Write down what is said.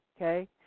okay